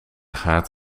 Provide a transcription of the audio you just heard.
gaat